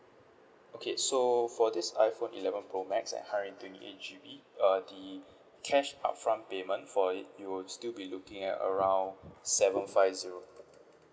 okay so for this iphone eleven pro max at hundred twenty eight G_B uh the cash out front payment for it you would still be looking at around seven five zero